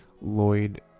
lloyd